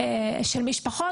אשרת חוזר זה משהו של תושבי קבע.